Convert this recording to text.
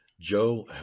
Joe